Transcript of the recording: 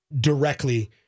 directly